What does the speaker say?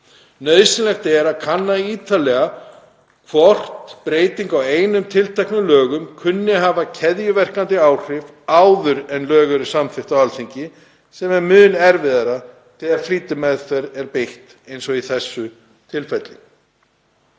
Nauðsynlegt er að kanna ítarlega hvort breyting á einum tilteknum lögum kunni að hafa keðjuverkandi áhrif áður en lög eru samþykkt á Alþingi, sem er mun erfiðara þegar flýtimeðferð er beitt eins og í þessu tilfelli.